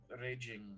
raging